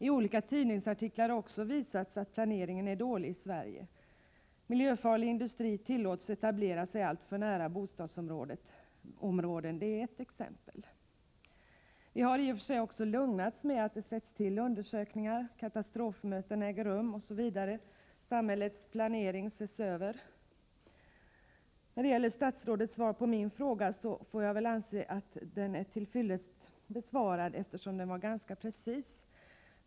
I olika tidningsartiklar har också visats att planeringen är dålig i Sverige. Miljöfarlig industri tillåts etablera sig alltför nära bostadsområden — det är ett exempel. Jag har nu lugnats med att undersökningar tillsätts, att katastrofmöten äger rum, att samhällets planering ses över osv. Statsrådets svar på min fråga var ganska precist, och jag får väl anse den vara fylligt besvarad.